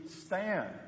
stand